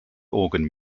organ